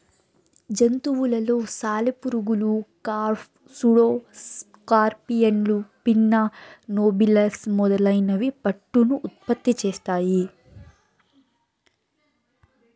జంతువులలో సాలెపురుగులు, కార్ఫ్, సూడో స్కార్పియన్లు, పిన్నా నోబిలస్ మొదలైనవి పట్టును ఉత్పత్తి చేస్తాయి